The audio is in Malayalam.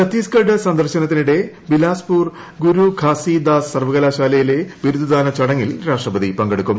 ഛത്തീസ്ഗഢ് സന്ദർശനത്തിനിടെ ബിലാസ്പൂർ ഗുരു ഖസീദാസ് സർവകലാശാലയിലെ ബിരുദദാന ചടങ്ങിൽ രാഷ്ട്രപതി പങ്കെടുക്കും